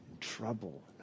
trouble